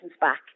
back